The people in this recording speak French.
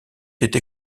été